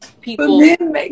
people